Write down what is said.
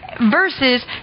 versus